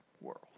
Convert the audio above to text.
world